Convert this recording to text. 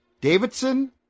Davidson